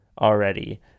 already